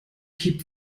keep